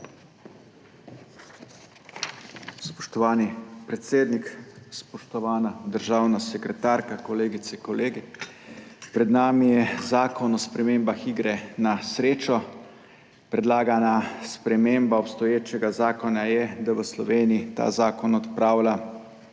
Spoštovani predsednik, spoštovana državna sekretarka, kolegice, kolegi! Pred nami je zakon o spremembah iger na srečo. Predlagana sprememba obstoječega zakona je, da v Sloveniji ta zakon odpravlja